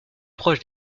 proche